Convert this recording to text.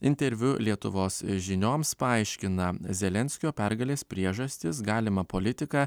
interviu lietuvos žinioms paaiškina zelenskio pergalės priežastis galimą politiką